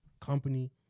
company